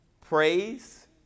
praise